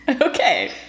Okay